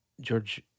George